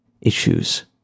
issues